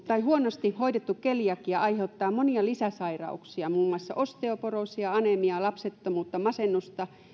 tai huonosti hoidettu keliakia aiheuttaa monia lisäsairauksia muun muassa osteoporoosia anemiaa lapsettomuutta masennusta